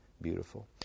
beautiful